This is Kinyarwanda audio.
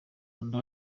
kanda